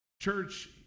Church